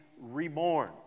reborn